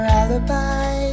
alibi